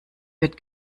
wird